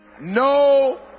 No